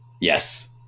Yes